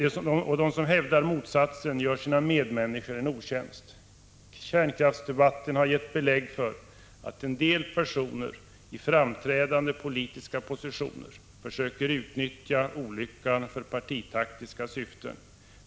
De som hävdar motsatsen gör sina medmänniskor en otjänst. Kärnkraftsdebatten har gett belägg för att en del personer i framträdande politiska positioner försöker utnyttja olyckan för partitaktiska syften.